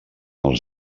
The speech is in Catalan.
els